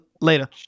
Later